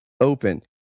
open